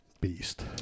Beast